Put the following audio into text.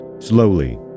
Slowly